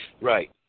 Right